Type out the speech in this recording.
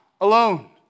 alone